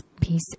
peace